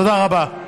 תודה רבה.